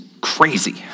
crazy